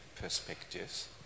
perspectives